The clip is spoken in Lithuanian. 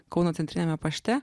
kauno centriniame pašte